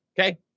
Okay